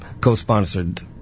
co-sponsored